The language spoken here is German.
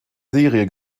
serie